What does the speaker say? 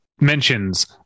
mentions